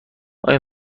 آیا